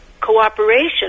cooperation